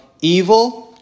evil